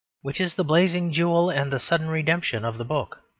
which is the blazing jewel and the sudden redemption of the book.